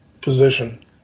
position